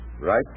right